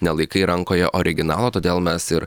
nelaikai rankoje originalo todėl mes ir